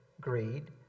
greed